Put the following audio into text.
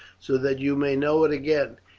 so that you may know it again.